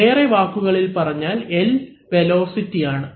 വേറെ വാക്കുകളിൽ പറഞ്ഞാൽ L വെലോസിറ്റി ആണ്